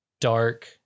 dark